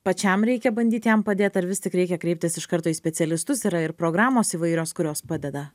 pačiam reikia bandyt jam padėti ar vis tik reikia kreiptis iš karto į specialistus yra ir programos įvairios kurios padeda